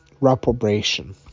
Reprobation